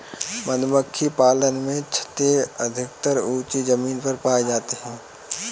मधुमक्खी पालन में छत्ते अधिकतर ऊँची जमीन पर पाए जाते हैं